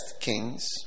Kings